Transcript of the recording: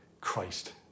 Christ